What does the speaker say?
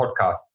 Podcast